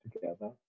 together